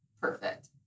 perfect